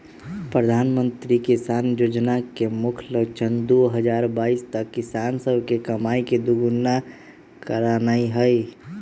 प्रधानमंत्री किसान जोजना के मुख्य लक्ष्य दू हजार बाइस तक किसान सभके कमाइ के दुगुन्ना करनाइ हइ